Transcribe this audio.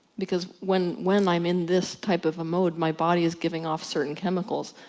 because when when i'm in this type of a mode, my body is giving off certain chemicals,